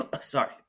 Sorry